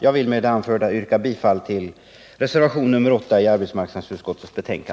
Jag vill med det anförda yrka bifall till reservationen 8.